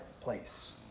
place